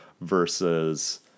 versus